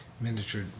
miniature